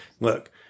Look